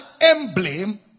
emblem